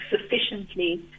sufficiently